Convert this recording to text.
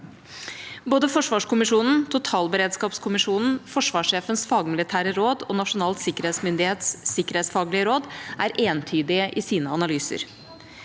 Både forsvarskommisjonen, totalberedskapskommisjonen, forsvarssjefens fagmilitære råd og Nasjonal sikkerhetsmyndighets sikkerhetsfaglige råd er entydige i sine analyser.